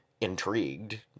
Intrigued